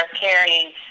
carrying